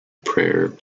prayer